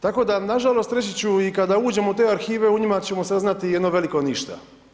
Tko, da nažalost, reći ću i kada uđemo u te arhive, u njima ćemo saznati, jedno veliko ništa.